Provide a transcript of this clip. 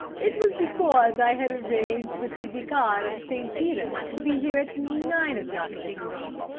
it was because i had arranged with the vicar of st. peter's to be here at nine o'clock this morning,